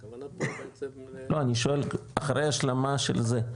הכוונה פה --- לא, אני שואל אחרי השלמה של זה,